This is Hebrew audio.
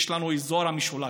יש לנו באזור המשולש,